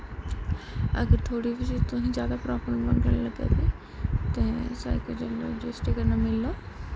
अगर थोह्ड़ी बी तुसें ई जादा प्रॉब्लम लग्गा दी ते साइकोलॉजिस्ट कन्नै मिलो